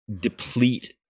deplete